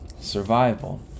Survival